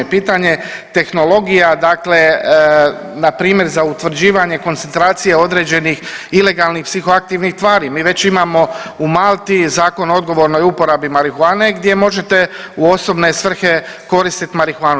Pitanje tehnologija, dakle npr. za utvrđivanje koncentracija određenih ilegalnih psihoaktivnih tvari, mi već imamo Malti zakon o odgovornoj uporabi marihuane gdje možete u osobne svrhe koristiti marihuanu.